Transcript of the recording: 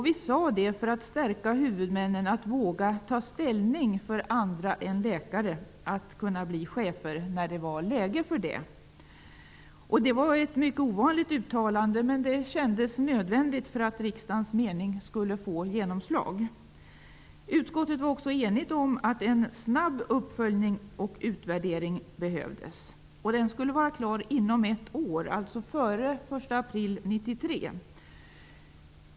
Vi sade detta för att stärka huvudmännen att våga ta ställning för andra än läkare att bli chefer när det är läge för det. Det var ett mycket ovanligt uttalande, men det kändes nödvändigt för att riksdagens mening skulle få genomslag. Utskottet var också enigt om att en snabb uppföljning och utvärdering behövdes. Den skulle vara klar inom ett år, alltså före den 1 april 1993.